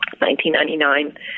1999